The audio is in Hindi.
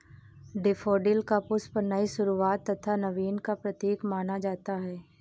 डेफोडिल का पुष्प नई शुरुआत तथा नवीन का प्रतीक माना जाता है